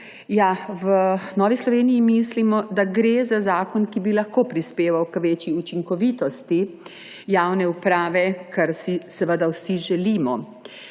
V Novi Sloveniji mislimo, da gre za zakon, ki bi lahko prispeval k večji učinkovitosti javne uprave, kar si seveda vsi želimo.